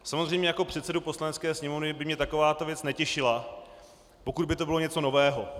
Samozřejmě jako předsedu Poslanecké sněmovny by mě takováto věc netěšila, pokud by to bylo něco nového.